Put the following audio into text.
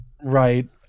right